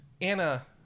Anna